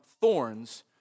thorns